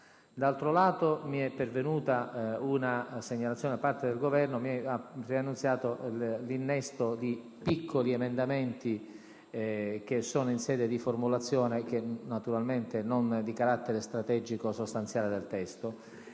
D'altro lato, mi è pervenuta una segnalazione da parte del Governo, che ha preannunciato l'innesto di piccoli emendamenti, che sono in sede di formulazione e naturalmente non hanno carattere strategico o sostanziale rispetto